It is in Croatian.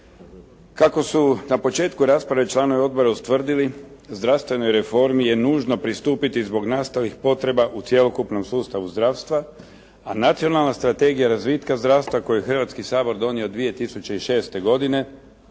Kako su na početku rasprave članovi odbora ustvrdili, zdravstvenoj reformi je nužno pristupiti zbog nastalih potreba u cjelokupnom sustavu zdravstva, a Nacionalna strategija razvitka zdravstva koji Hrvatski sabor donio 2006. godine,